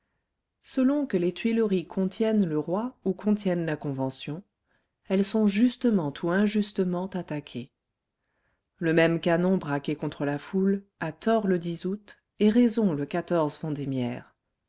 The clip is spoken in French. selon que les tuileries contiennent le roi ou contiennent la convention elles sont justement ou injustement attaquées le même canon braqué contre la foule a tort le août et raison le vendémiaire